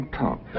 talk